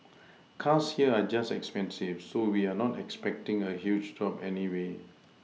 cars here are just expensive so we are not expecting a huge drop anyway